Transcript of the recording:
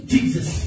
Jesus